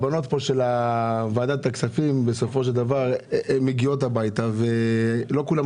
הבנות בוועדת הכספים מגיעות הביתה ולא אצל כולן